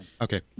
okay